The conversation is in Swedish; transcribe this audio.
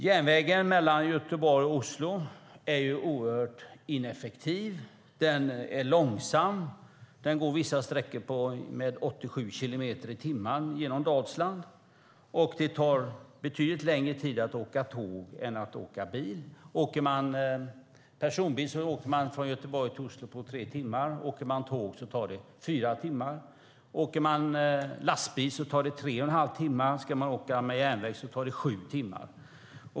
Järnvägen mellan Göteborg och Oslo är oerhört ineffektiv. Den är långsam. På vissa sträckor genom Dalsland går tågen i 87 kilometer i timmen. Det tar betydligt längre tid att åka tåg än att åka bil. Med personbil åker man från Göteborg till Oslo på tre timmar. Med lastbil tar det tre och en halv timme, och om man åker på järnväg tar det sju timmar.